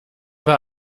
war